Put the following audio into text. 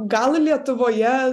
gal lietuvoje